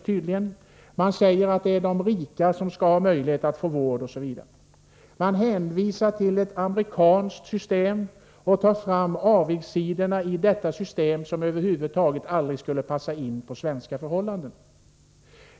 Man säger att det enligt moderaterna är de rika som skall ha möjlighet att få vård osv., och man hänvisar till ett amerikanskt system och tar fram avigsidorna i det systemet — som över huvud taget aldrig skulle passa in på svenska förhållanden.